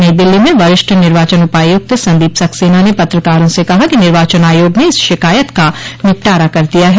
नई दिल्ली में वरिष्ठ निर्वाचन उपायुक्त संदीप सक्सेना ने पत्रकारों से कहा कि निर्वाचन आयोग ने इस शिकायत का निपटारा कर दिया है